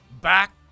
Back